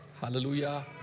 Hallelujah